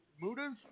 Muda's